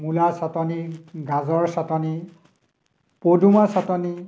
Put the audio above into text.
মূলা চাটনি গাজৰ চাটনি পদুমা চাটনি